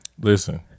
Listen